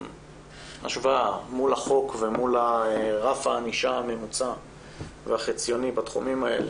השוואה מול החוק ומול רף הענישה הממוצע והחציוני בתחומים האלה,